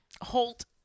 Holt